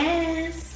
Yes